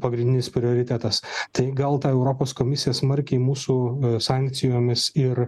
pagrindinis prioritetas tai gal ta europos komisija smarkiai mūsų sankcijomis ir